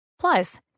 Plus